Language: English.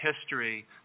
history